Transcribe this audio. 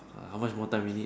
how much more time we need